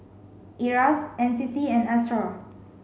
IRAS N C C and ASTAR